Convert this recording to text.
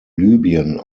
libyen